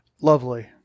lovely